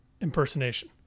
impersonation